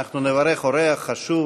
אנחנו נברך אורח חשוב,